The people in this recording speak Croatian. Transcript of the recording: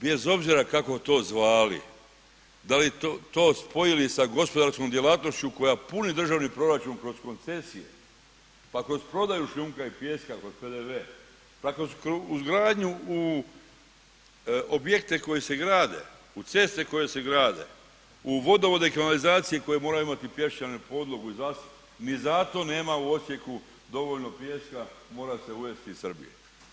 Bez obzira kako to zvali, da li to spojili sa gospodarskom djelatnošću koja puni državni proračun kroz koncesije, pa kroz prodaju šljunka i pijeska, kroz PDV, pa kroz izgradnju u objekte koji se grade, u ceste koje se grade, u vodovode i kanalizacije koje moraju imati pješčanu podlogu i …/nerazumljivo/… ni zato nema u Osijeku dovoljno pijeska mora se uvesti iz Srbije.